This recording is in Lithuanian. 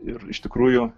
ir iš tikrųjų